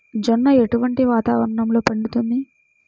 జొన్న ఎటువంటి వాతావరణంలో పండుతుంది?